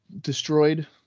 destroyed